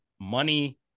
money